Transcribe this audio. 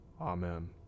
Amen